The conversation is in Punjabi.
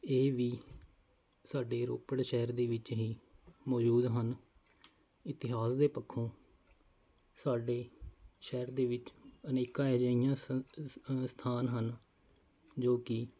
ਇਹ ਵੀ ਸਾਡੇ ਰੋਪੜ ਸ਼ਹਿਰ ਦੇ ਵਿੱਚ ਹੀ ਮੌਜੂਦ ਹਨ ਇਤਿਹਾਸ ਦੇ ਪੱਖੋਂ ਸਾਡੇ ਸ਼ਹਿਰ ਦੇ ਵਿੱਚ ਅਨੇਕਾਂ ਅਜਿਹੀਆਂ ਸਥਾਨ ਹਨ ਜੋ ਕਿ